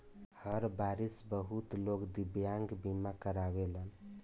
हर बारिस बहुत लोग दिव्यांग बीमा करावेलन